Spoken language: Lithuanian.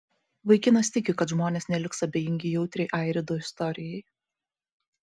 vaikinas tiki kad žmonės neliks abejingi jautriai airido istorijai